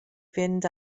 fynd